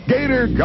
Gator